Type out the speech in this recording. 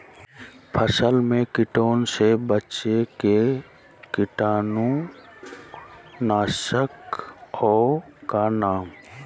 फसल में कीटों से बचे के कीटाणु नाशक ओं का नाम?